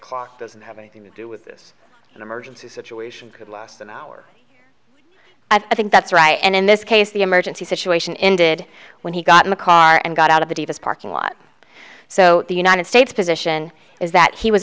clock doesn't have anything to do with this emergency situation could last an hour i think that's right and in this case the emergency situation in did when he got in the car and got out of the davis parking lot so the united states position is that he was